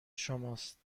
شماست